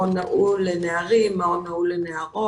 במגזר היהודי יש לנו מעון נעול לנערים ומעון נעול לנערות.